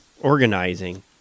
organizing